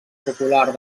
popular